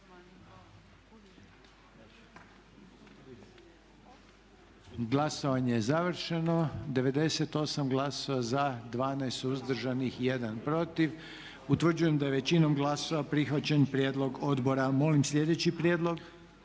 Glasovanje je završeno. 99 glasova za, 16 suzdržanih, 1 protiv. Utvrđujem da je većinom glasova donesen predloženi zaključak. Mi bismo